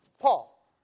Paul